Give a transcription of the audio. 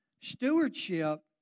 Stewardship